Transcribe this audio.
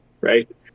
right